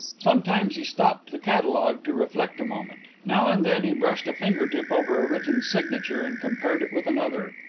sometimes he stopped the catalogue to reflect a moment now and then he brushed a finger-tip over a written signature and compared it with another.